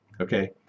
Okay